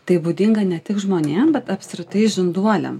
tai būdinga ne tik žmonėm bet apskritai žinduoliam